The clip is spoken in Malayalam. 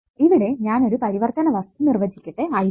ഇവിടെ ഞാൻ ഒരു പരിവർത്തിതവസ്തു നിർവചിക്കട്ടെ I1